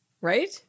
Right